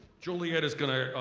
juliet is gonna,